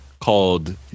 called